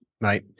Right